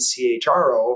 CHRO